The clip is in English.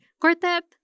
Quartet